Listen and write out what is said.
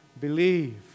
believe